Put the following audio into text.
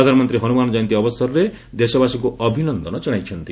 ପ୍ରଧାନମନ୍ତ୍ରୀ ହନୁମାନ କୟନ୍ତୀ ଅବସରରେ ଦେଶବାସୀଙ୍କୁ ଅଭିନନ୍ଦନ ଜଣାଇଛନ୍ତି